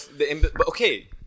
okay